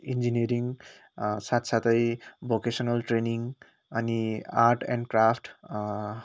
engineering साथसाथै vocational training अनि art and craft